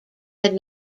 had